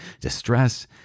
distress